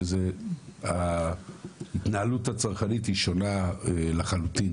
שזה התנהלות הצרכנית היא שונה לחלוטין